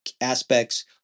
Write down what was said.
aspects